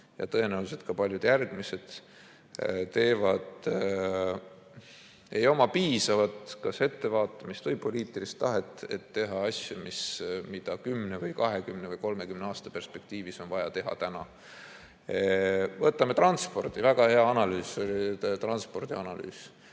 ja tõenäoliselt ka paljud järgmised ei oma piisavat ettevaatamisvõimet või poliitilist tahet, et teha asju, mida 10 või 20 või 30 aasta perspektiivis on vaja teha täna. Võtame transpordi! Väga hea analüüs oli transpordianalüüs.